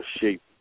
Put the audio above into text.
shape